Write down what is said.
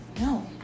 no